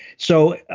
so